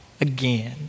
again